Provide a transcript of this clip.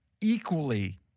equally